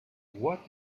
what